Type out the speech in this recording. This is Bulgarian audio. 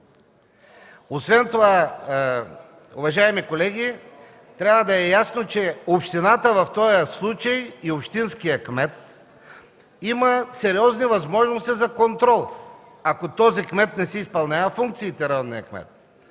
Освен това, уважаеми колеги, трябва да е ясно, че общината в този случай и общинския кмет имат сериозни възможности за контрол, ако районния кмет не си изпълнява функциите. Има